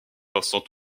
vincent